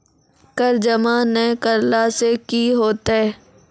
कर जमा नै करला से कि होतै?